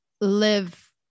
live